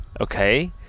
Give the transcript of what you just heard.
okay